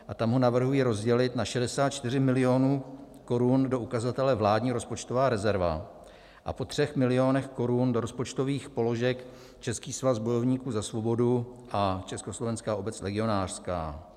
A tam ho navrhuji rozdělit na 64 mil. korun do ukazatele vládní rozpočtová rezerva a po třech milionech korun do rozpočtových položek Český svaz bojovníků za svobodu a Československá obec legionářská.